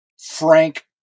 Frank